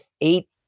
eight